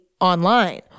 online